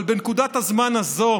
אבל בנקודת הזמן הזאת